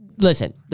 Listen